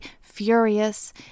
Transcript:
furious